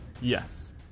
Yes